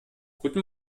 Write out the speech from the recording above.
guten